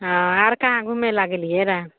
हँ आर काहाँ घुमय लए गेलियै रऽ